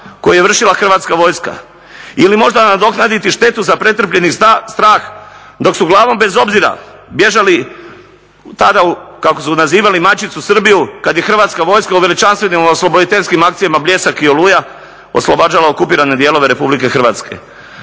koje je vršila Hrvatska vojska ili možda nadoknaditi štetu za pretrpljeni strah dok su glavom bez obzira bježali tada kako su nazivali "majčicu Srbiju" kada je hrvatska vojska u veličanstvenim osloboditeljskim akcijama Bljesak i Oluja oslobađala okupirane dijelove Republike Hrvatske.